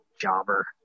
jobber